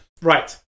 Right